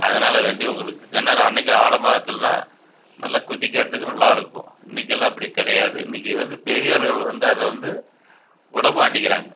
அதனால் வண்டி உங்களுக்கு கிணறு அன்றைக்கி ஆலமாரத்துலலாம் நல்லா குதிக்கிறதுக்கு நல்லாயிருக்கும் இன்றைக்கெல்லாம் அப்படி கிடையாது இன்னைக்கி வந்து பெரியவர்கள் வந்து அதை வந்து விடமாட்டிக்கிறாங்க